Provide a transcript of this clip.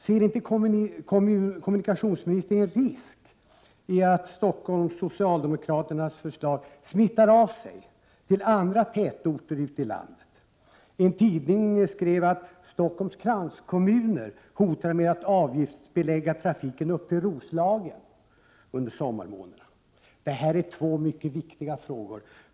Ser inte kommunikationsministern en risk i att socialdemokraternas i Stockholm förslag smittar av sig till andra tätorter ute i landet? En tidning skrev att Stockholms kranskommuner hotade med att under sommarmånaderna avgiftsbelägga trafiken till Roslagen.